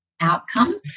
outcome